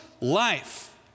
life